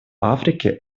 африки